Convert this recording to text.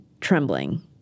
trembling